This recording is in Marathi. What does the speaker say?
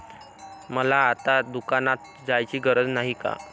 मला आता दुकानात जायची गरज नाही का?